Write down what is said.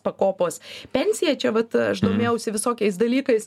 pakopos pensiją čia vat aš domėjausi visokiais dalykais